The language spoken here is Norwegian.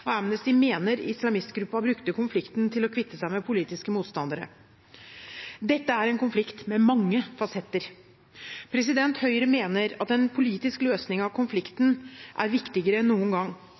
mener islamistgruppen brukte konflikten til å kvitte seg med politiske motstandere. Dette er en konflikt med mange fasetter. Høyre mener at en politisk løsning av konflikten er viktigere enn noen gang.